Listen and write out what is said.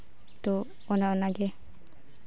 ᱛᱚ ᱚᱱᱟ ᱚᱱᱟᱜᱮ